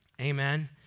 Amen